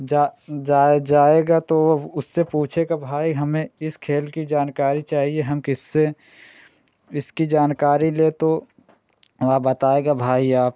जा जाए जाएगा तो वह उससे पूछेगा भाई हमें इस खेल की जानकारी चाहिए हम किससे इसकी जानकारी लें तो वह बताएगा भाई आप